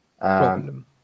problem